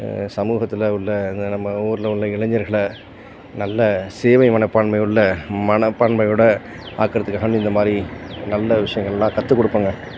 சமூகத்தில் உள்ள இந்த நம்ம ஊரில் உள்ள இளைஞர்களை நல்ல சேவை மனப்பான்மை உள்ள மனப்பான்மையோடு ஆக்குகிறத்துக்காக வந்து இந்த மாதிரி நல்ல விஷயங்கள்லாம் கற்றுக் கொடுப்போங்க